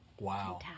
Wow